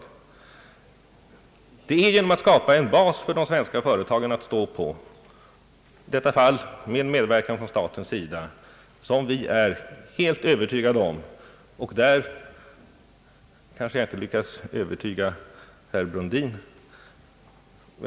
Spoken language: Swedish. Detta kan endast åstadkommas genom att skapa en bred grund för de svenska företagen att stå på, vilket i detta fall sker genom medverkan från statens sida — men där har jag kanske inte helt lyckats övertyga herr Brundin.